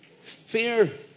fear